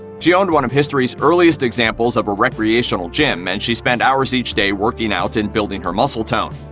she owned one of history's earliest examples of a recreational gym, and she spent hours each day working out and building her muscle tone.